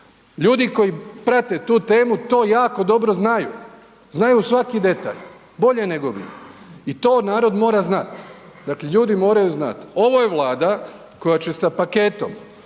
Ljudi koji prate tu temu to jako dobro znaju, znaju svaki detalj, bolje nego vi i to narod mora znati. Dakle, ljudi moraju znati. Ovo je Vlada koja će sa paketom